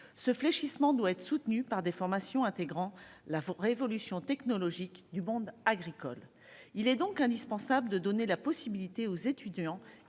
ce fléchissement doit être soutenue par des formations, intégrant la révolution technologique du monde agricole, il est donc indispensable de donner la possibilité aux étudiants